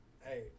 Hey